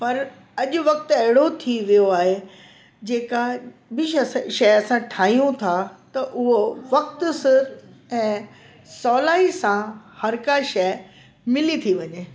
पर अॼु वक़्तु अहिड़ो थी वियो आहे जेका बि शइ असां ठाहियूं था त उहो वक़्तु सर ऐं सवलाई सां हर का शइ मिली थी वञे